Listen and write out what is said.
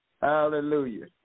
Hallelujah